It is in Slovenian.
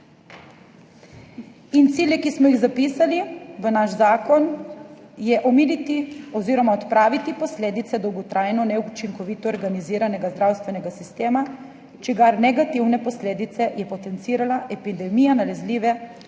Cilji, ki smo jih zapisali v naš zakon, so: omiliti oziroma odpraviti posledice dolgotrajno neučinkovito organiziranega zdravstvenega sistema, katerega negativne posledice je potencirala epidemija nalezljive bolezni